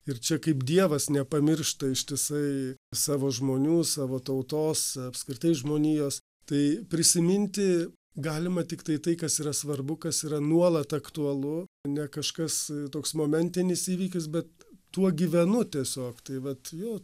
ir čia kaip dievas nepamiršta ištisai savo žmonių savo tautos apskritai žmonijos tai prisiminti galima tiktai tai kas yra svarbu kas yra nuolat aktualu ne kažkas toks momentinis įvykis bet tuo gyvenu tiesiog tai vat jo